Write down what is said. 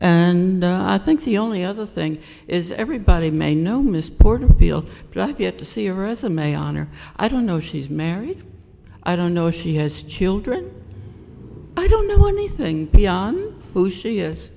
and i think the only other thing is everybody may know miss porter feel right yet to see a resume on or i don't know she's married i don't know if she has children i don't know anything beyond who she is